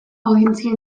audientzia